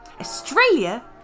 australia